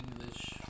English